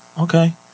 Okay